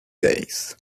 days